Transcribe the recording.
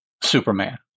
Superman